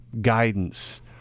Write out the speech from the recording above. guidance